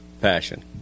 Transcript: passion